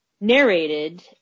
narrated